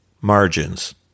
margins